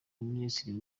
minisitiri